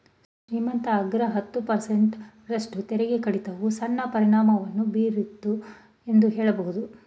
ಶ್ರೀಮಂತ ಅಗ್ರ ಹತ್ತು ಪರ್ಸೆಂಟ್ ರಷ್ಟು ತೆರಿಗೆ ಕಡಿತವು ಸಣ್ಣ ಪರಿಣಾಮವನ್ನು ಬೀರಿತು ಎಂದು ಹೇಳಬಹುದು